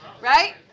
Right